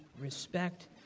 respect